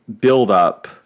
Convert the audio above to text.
build-up